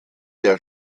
der